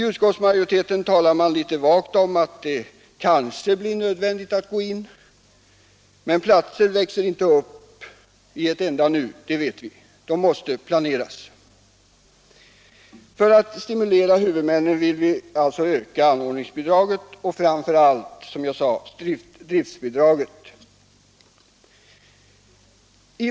Utskottsmajoriteten talar litet vagt om att det kanske blir nödvändigt att vidta åtgärder, men platser växer inte upp i ett enda nu, det vet vi. De måste planeras. För att stimulera huvudmännen vill vi alltså öka anordningsbidraget och framför allt, som jag sade, driftbidraget.